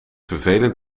vervelend